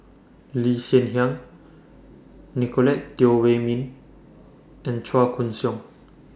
Lee Hsien Yang Nicolette Teo Wei Min and Chua Koon Siong